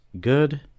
good